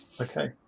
Okay